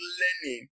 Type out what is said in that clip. learning